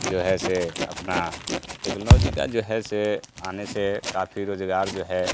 जो है से अपना टेक्नोलॉजी का जो है से आने से काफी रोज़गार जो है